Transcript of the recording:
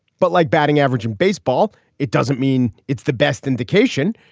but like batting average in baseball it doesn't mean it's the best indication.